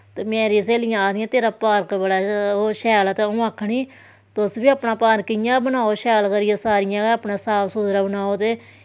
ते मेरियां स्हेलियां आखदियां तेरा पार्क बड़ा शैल ऐ ते अ'ऊं आखनी तुस बी अपनी पार्क इ'यां गै बनाओ शैल करियै सारियां गै अपना साफ सुथरा बनाओ ते